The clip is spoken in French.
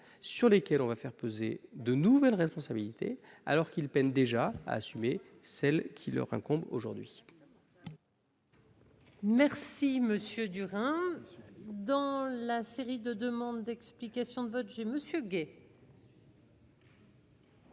sur lesquels on va faire peser de nouvelles responsabilités alors qu'il peine déjà assumer celle qui leur incombe aujourd'hui. Merci Monsieur Durand dans la série de demandes d'explication de vote j'ai Monsieur Gay.